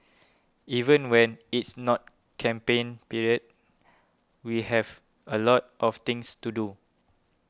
even when it's not campaign period we have a lot of things to do